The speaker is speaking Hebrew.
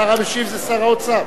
השר המשיב זה שר האוצר.